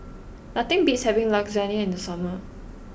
nothing beats having Lasagne in the summer